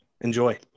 Enjoy